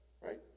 Right